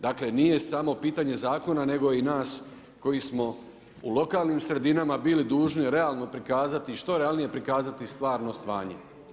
Dakle, nije samo pitanje zakona, nego i nas koji smo u lokalnim sredinama bili dužni realno prikazati, što realnije prikazati stvarno stanje.